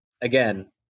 again